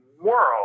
world